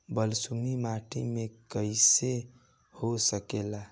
बलसूमी माटी में मकई हो सकेला?